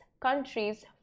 countries